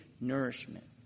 nourishment